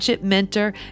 mentor